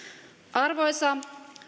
arvoisa